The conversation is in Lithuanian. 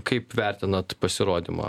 kaip vertinat pasirodymą